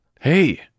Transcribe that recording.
Hey